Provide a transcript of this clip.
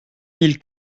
mille